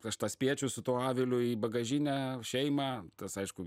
aš tą spiečių su tuo aviliu į bagažinę šeimą tas aišku